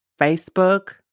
Facebook